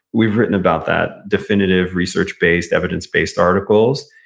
we've written about that definitive research based, evidence based articles,